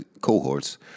cohorts